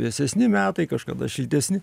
vėsesni metai kažkada šiltesni